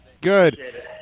Good